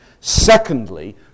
Secondly